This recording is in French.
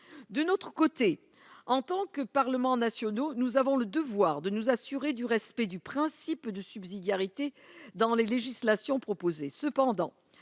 autre coté en tant que parlement nationaux, nous avons le devoir de nous assurer du respect du principe de subsidiarité dans les législations proposées